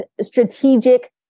strategic